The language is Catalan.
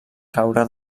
caure